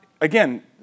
again